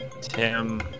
Tim